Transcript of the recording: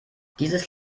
dieses